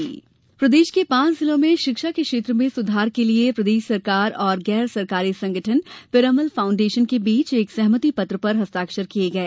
शिक्षा प्रदेश के पांच जिलों में शिक्षा के क्षेत्र में सुधार के लिए प्रदेश सरकार और गैर सरकारी संगठन पिरामल फाउंडेशन के बीच एक सहमति पत्र पर हस्ताक्षर किए गए